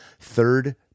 Third